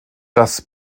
das